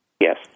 Yes